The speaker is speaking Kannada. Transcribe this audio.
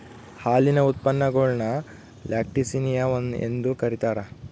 ಹಾಲಿನ ಉತ್ಪನ್ನಗುಳ್ನ ಲ್ಯಾಕ್ಟಿಸಿನಿಯ ಎಂದು ಕರೀತಾರ